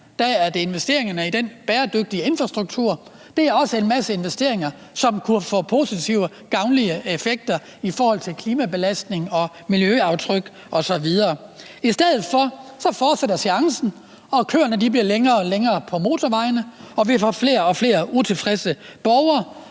er det investeringerne i den bæredygtige infrastruktur, og det er jo også en masse investeringer, som kunne få positive og gavnlige effekter for klimabelastningen, miljøaftrykket osv. I stedet for fortsætter seancen, og køerne bliver længere og længere på motorvejene, og vi får flere og flere utilfredse borgere,